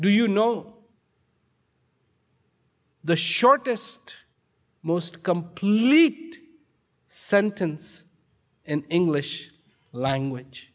do you know the shortest most complete sentence in english language